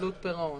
חדלות פירעון